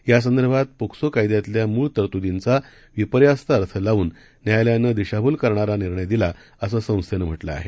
यासंदर्भात पोक्सो कायद्यातल्या मूळ तरतुदींचा विपर्यास्त अर्थ लावून न्यायालयानं दिशाभूल करणारा निर्णय दिला असं संस्थेनं म्हटलं आहे